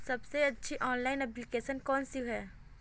सबसे अच्छी online application कौन सी है?